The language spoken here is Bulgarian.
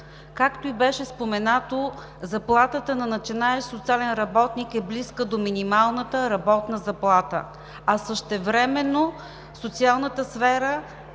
Както и беше споменато, заплатата на начинаещ социален работник е близка до минималната работна заплата, а същевременно социалната сфера